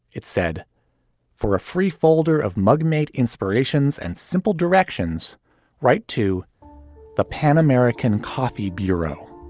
it said for a free folder of mug made inspirations and simple directions right to the pan-american coffee bureau.